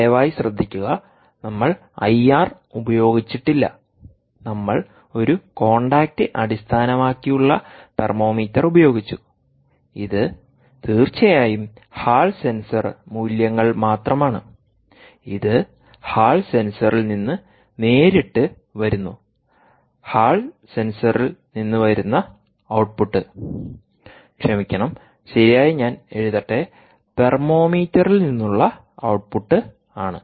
ദയവായി ശ്രദ്ധിക്കുക നമ്മൾ ഐആർ ഉപയോഗിച്ചിട്ടില്ല നമ്മൾ ഒരു കോൺടാക്റ്റ് അടിസ്ഥാനമാക്കിയുള്ളതെർമോമീറ്റർ ഉപയോഗിച്ചു ഇത് തീർച്ചയായും ഹാൾ സെൻസർമൂല്യങ്ങൾ മാത്രമാണ് ഇത് ഹാൾ സെൻസറിൽ നിന്ന് നേരിട്ട് വരുന്നു ഹാൾ സെൻസറിൽ നിന്ന് വരുന്ന ഔട്ട്പുട്ട് ക്ഷമിക്കണം ശരിയായി ഞാൻ എഴുതട്ടെ തെർമോമീറ്ററിൽ നിന്നുള്ള ഔട്ട്പുട്ട് ആണ്